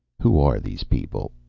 who are these people?